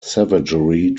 savagery